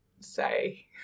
say